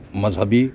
مذہبی